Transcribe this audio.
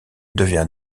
devient